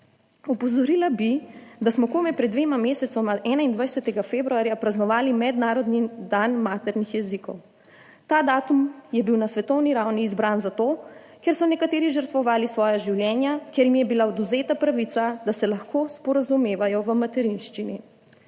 Opozorila bi, da smo komaj pred dvema mesecema, 21. februarja, praznovali mednarodni dan maternih jezikov. Ta datum je bil na svetovni ravni izbran zato, ker so nekateri žrtvovali svoja življenja, ker jim je bila odvzeta pravica, da se lahko sporazumevajo v materinščini.